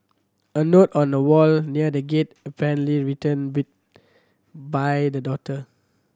a note on a wall near the gate apparently written be by the daughter